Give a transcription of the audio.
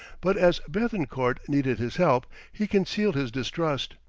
but as bethencourt needed his help, he concealed his distrust.